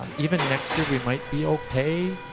um even next year we might be okay.